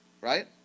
right